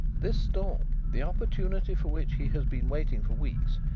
this storm, the opportunity for which he has been waiting for weeks,